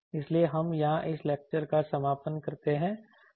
इसलिए हम यहां इस लेक्चर का समापन करते हैं